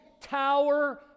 tower